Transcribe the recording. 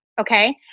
Okay